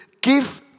Give